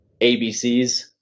ABCs